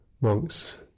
monks